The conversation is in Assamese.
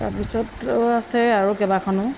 তাৰপিছত আছে আৰু কেইবাখনো